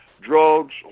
drugs